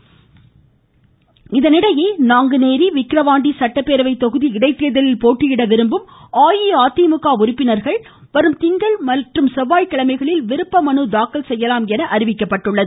இடைத்தேர்தல் தொடர்ச்சி இதனிடையே நாங்குநேரி விக்கிரவாண்டி சட்டப்பேரவைத் தொகுதி இடைத்தேர்தலில் போட்டியிட விரும்பும் அஇஅதிமுக உறுப்பினர் வரும் திங்கள் மற்றும் செவ்வாய்கிழமைகளில விருப்ப மனு தாக்கல் செய்யலாம் என அறிவிக்கப்பட்டுள்ளது